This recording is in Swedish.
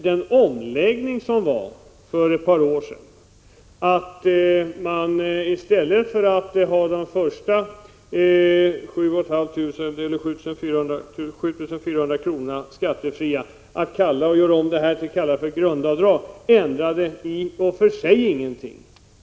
Den omläggning som genomfördes för ett par år sedan och som innebar att tidigare skattefrihet avseende beloppet 7 400 kr. döptes om till grundavdrag ändrade i och för sig ingenting.